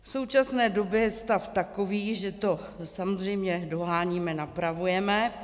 V současné době je stav takový, že to samozřejmě doháníme, napravujeme.